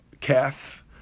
calf